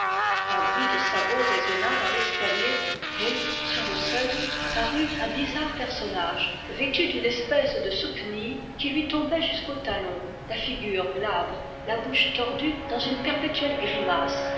un bruit de sabots résonna dans l'escalier et sur le seuil parut un bizarre personnage vêtu d'une espèce de souquenille qui lui tombait jusqu'aux talons la figure glabre la bouche tordue dans une perpétuelle grimace